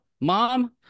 mom